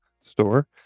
store